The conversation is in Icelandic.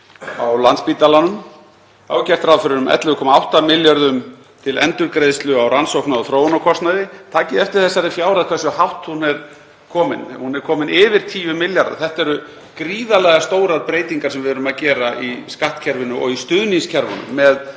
Þá er gert ráð fyrir um 11,8 milljörðum til endurgreiðslu á rannsókna- og þróunarkostnaði. Takið eftir þessari fjárhæð, hversu hátt hún er komin. Hún er komin yfir 10 milljarða. Þetta eru gríðarlega stórar breytingar sem við erum að gera í skattkerfinu og í stuðningskerfunum með